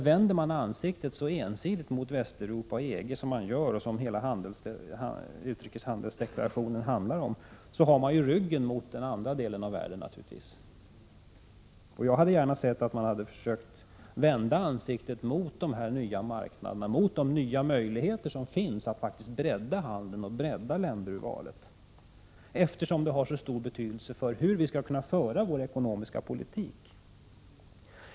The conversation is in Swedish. Vänder man ansiktet så ensidigt mot Västeuropa och EG som man gör och som hela utrikeshandelsdeklarationen ger uttryck för, har man naturligtvis ryggen mot den andra delen av världen. Jag hade gärna sett att man hade försökt vända ansiktet mot dessa nya marknader och de möjligheter som faktiskt finns att bredda handeln och bredda länderurvalet, eftersom detta har så stor betydelse för hur vi skall kunna föra vår ekonomiska politik.